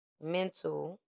mental